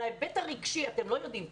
על ההיבט הרגשי אתם לא יודעים.